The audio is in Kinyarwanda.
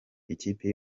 ikipe